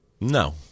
No